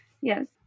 Yes